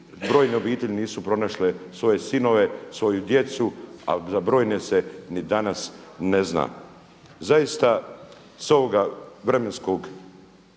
brojne obitelji nisu pronašle svoje sinove, svoju djecu a za brojne se ni danas ne zna. Zaista sa ovoga vremenskog